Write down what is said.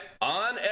on